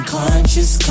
conscious